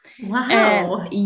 Wow